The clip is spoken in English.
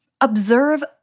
observe